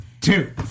two